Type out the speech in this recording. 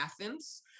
Athens